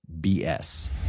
BS